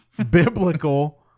Biblical